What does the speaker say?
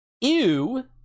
EW